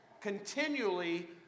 continually